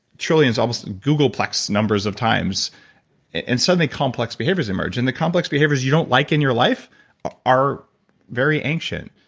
trillions, almost google plex numbers of times and so many complex behaviors emerge. and the complex behaviors that you don't like in your life are very ancient.